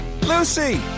Lucy